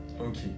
okay